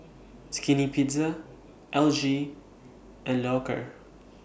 Skinny Pizza L G and Loacker